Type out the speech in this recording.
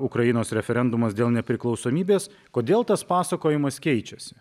ukrainos referendumas dėl nepriklausomybės kodėl tas pasakojimas keičiasi